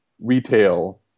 retail